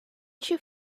she